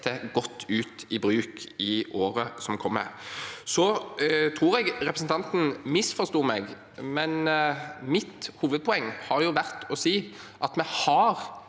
sette godt ut i bruk i året som kommer. Så tror jeg representanten misforsto meg. Mitt hovedpoeng har vært å si at vi har